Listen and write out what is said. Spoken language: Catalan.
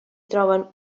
troben